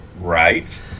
Right